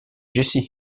jessie